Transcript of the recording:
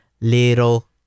little